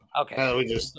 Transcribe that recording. Okay